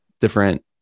different